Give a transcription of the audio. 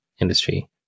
industry